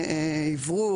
אוורור,